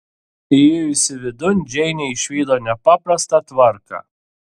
įėjusi vidun džeinė išvydo nepaprastą tvarką